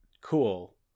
cool